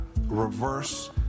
reverse